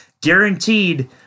Guaranteed